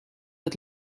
het